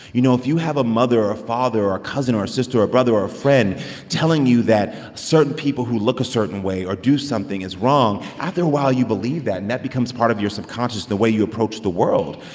you know, if you have a mother or a father or a cousin or a sister or a brother or a friend telling you that certain people who look a certain way or do something is wrong, after a while, you believe that, and that becomes part of your subconscious and the way you approach the world.